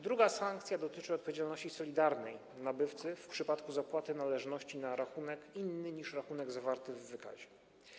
Druga sankcja dotyczy odpowiedzialności solidarnej nabywcy w przypadku zapłaty należności na rachunek inny niż rachunek figurujący w wykazie.